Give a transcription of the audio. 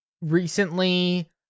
recently